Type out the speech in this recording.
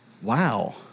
Wow